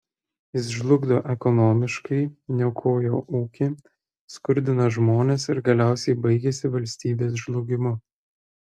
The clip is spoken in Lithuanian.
jis žlugdo ekonomiškai niokoja ūkį skurdina žmones ir galiausiai baigiasi valstybės žlugimu